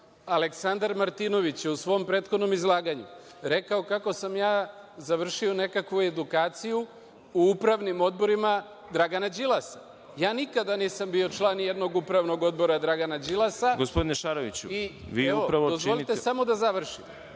Aleksandar Martinović je u svom prethodnom izlaganju rekao kako sam ja završio nekakvu edukaciju u upravnim odborima Dragana Đilasa. Ja nikada nisam bio član ni jednog upravnog odbora Dragana Đilasa… **Đorđe Milićević** Gospodine Šaroviću, vi upravo činite…